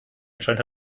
scheinen